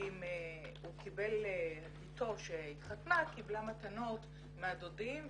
אם בתו שהתחתנה קיבלה מתנות מהדודים ומהקרובים.